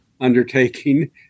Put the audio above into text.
Undertaking